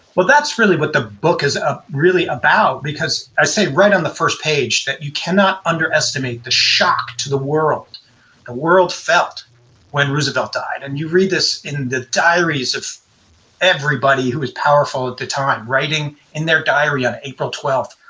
well, that's really what the book is ah really about. because i say, right on the first page, that you cannot underestimate the shock to the world. the world felt when roosevelt died. and you read this in the diaries of everybody who was powerful at the time, writing in their diary on april twelfth,